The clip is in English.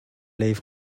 leave